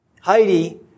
Heidi